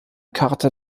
karte